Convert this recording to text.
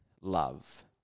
love